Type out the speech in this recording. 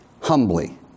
humbly